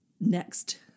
Next